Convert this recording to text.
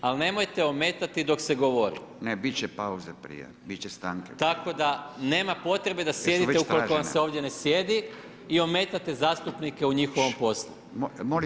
Ali nemojte ometati dok se govori. … [[Upadica Radin: Ne, bit će pauza prije.]] tako da nema potrebe da sjedite, ukoliko vam se ovdje ne sjedi i ometate zastupnike u njihovom poslu